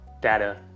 data